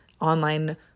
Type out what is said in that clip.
online